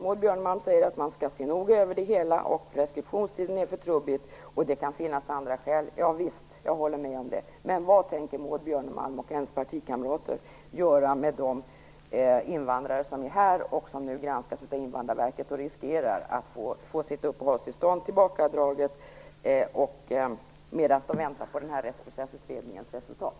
Maud Björnemalm säger att man noga skall se över det hela, att preskriptionstiden är för trubbig och att det kan finnas andra skäl. Javisst. Jag håller med om det, men vad tänker Maud Björnemalm och hennes partikamrater göra med de invandrare som finns i vårt land och som nu granskas av Invandrarverket och riskerar att få sina uppehållstillstånd tillbakadragna; detta medan de väntar på Rättsprocessutredningens resultat?